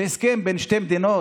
זה הסכם בין שתי מדינות?